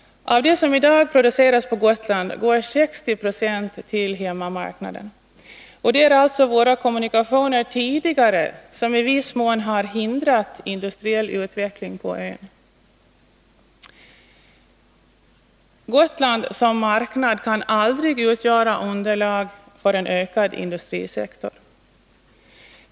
Av det somi dag produceras på Gotland går 60 26 till hemmamarknaden. Det är alltså våra kommunikationer som tidigare i viss mån hindrat industriell utveckling på ön. Gotland som marknad kan aldrig utgöra underlag för en ökad industrisektor.